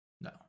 No